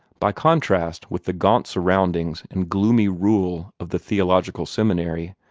by contrast with the gaunt surroundings and gloomy rule of the theological seminary,